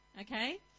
Okay